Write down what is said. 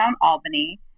Albany